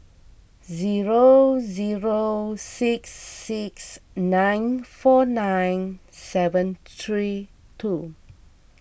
zero zero six six nine four nine seven three two